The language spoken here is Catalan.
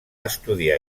estudiar